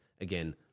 again